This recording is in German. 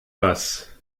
was